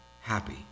happy